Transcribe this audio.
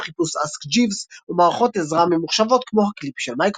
החיפוש Ask Jeeves או מערכות עזרה ממוחשבות כמו ה-Clippy של מיקרוסופט.